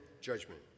judgment